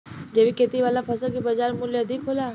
जैविक खेती वाला फसल के बाजार मूल्य अधिक होला